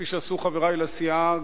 כפי שעשו חברי לסיעה,